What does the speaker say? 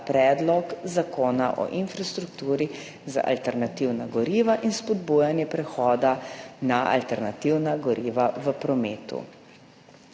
Predlog zakona o infrastrukturi za alternativna goriva in spodbujanje prehoda na alternativna goriva v prometu.